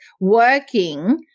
working